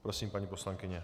Prosím, paní poslankyně.